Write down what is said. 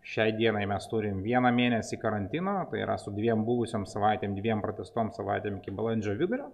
šiai dienai mes turim vieną mėnesį karantino yra su dviem buvusiom savaitėm dviem pratęstom savaitėm iki balandžio vidurio